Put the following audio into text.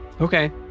Okay